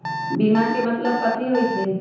बीमा के मतलब कथी होई छई?